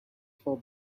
for